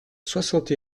soixante